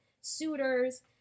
suitors